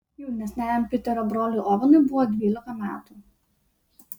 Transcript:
jaunesniajam piterio broliui ovenui buvo dvylika metų